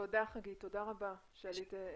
תודה, חגית, שעלית אלינו.